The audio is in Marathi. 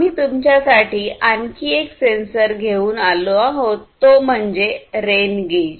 आम्ही तुमच्यासाठी आणखी एक सेन्सर घेऊन आलो आहोत तो म्हणजे रेन गेज